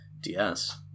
DS